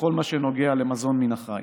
בכל מה שנוגע למזון מן החי,